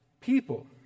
people